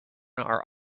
are